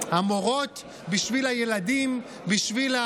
כשהלוחמים שלנו לוחמים בשדה